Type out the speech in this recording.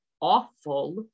awful